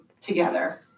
together